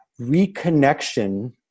reconnection